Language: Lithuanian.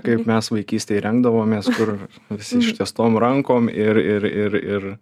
kaip mes vaikystėj renkdavomės kur visi ištiestom rankom ir ir ir ir